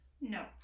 no